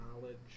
knowledge